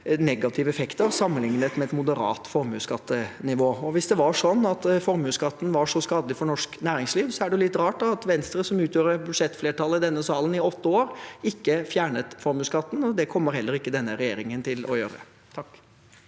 negative effekter sammenlignet med et moderat formuesskattenivå. Hvis det var slik at formuesskatten var så skadelig for norsk næringsliv, er det litt rart at Venstre, som utgjorde et budsjettflertall i den ne salen i åtte år, ikke fjernet formuesskatten, og det kommer heller ikke denne regjeringen til å gjøre. S